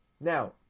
Now